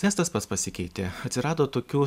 miestas pats pasikeitė atsirado tokių